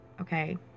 okay